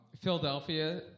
Philadelphia